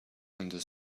under